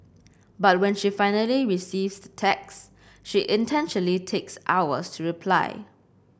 but when she finally receives the text she intentionally takes hours to reply